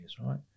right